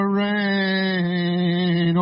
rain